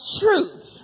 truth